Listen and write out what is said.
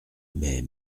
mais